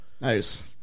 Nice